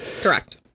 Correct